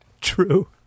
True